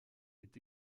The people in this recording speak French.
est